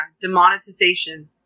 demonetization